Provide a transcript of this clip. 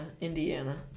Indiana